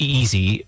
easy